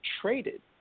traded